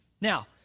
Now